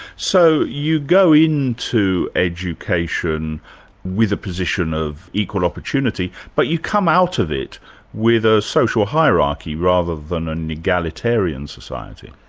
so you go into education with a position of equal opportunity, but you come out of it with a social hierarchy rather than an egalitarian society.